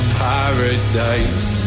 paradise